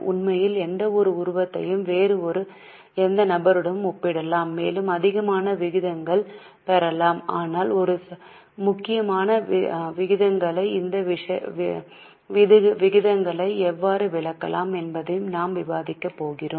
உண்மையில் எந்தவொரு உருவத்தையும் வேறு எந்த நபருடனும் ஒப்பிடலாம் மேலும் அதிகமான விகிதங்களைப் பெறலாம் ஆனால் சில முக்கியமான விகிதங்களையும் இந்த விகிதங்களை எவ்வாறு விளக்கலாம் என்பதையும் நாம் விவாதிக்கப் போகிறோம்